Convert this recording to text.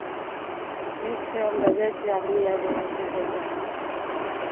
ठीक छै हम भेजै छी आदमी आबि रहल छै भेज रहल छी